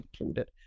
included